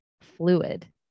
fluid